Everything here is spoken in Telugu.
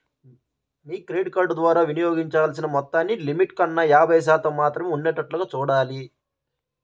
మీ క్రెడిట్ కార్డు ద్వారా వినియోగించాల్సిన మొత్తాన్ని లిమిట్ కన్నా యాభై శాతం మాత్రమే ఉండేటట్లుగా చూడాలి